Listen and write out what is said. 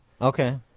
Okay